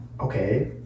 Okay